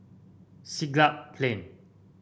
Siglap Plain